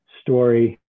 story